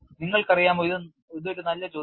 നിങ്ങൾക്കറിയാമോ ഇത് ഒരു നല്ല ചോദ്യമാണ്